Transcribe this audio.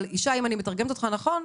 אבל ישי אם אני מתרגמת אותך נכון,